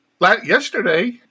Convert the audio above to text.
yesterday